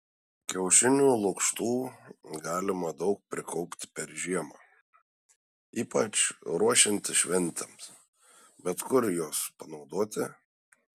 kiaušinių lukštų galima daug prikaupti per žiemą ypač ruošiantis šventėms bet kur juos panaudoti